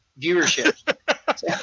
viewership